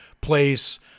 place